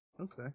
Okay